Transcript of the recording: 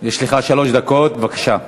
יש לך שלוש דקות, בבקשה.